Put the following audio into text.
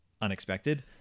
unexpected